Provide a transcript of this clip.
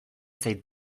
zait